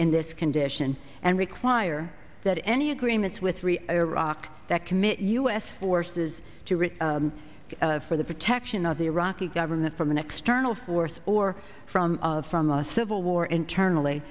in this condition and require that any agreements with three iraq that commit u s forces to root for the protection of the iraqi government from an external force or from of from a civil war internally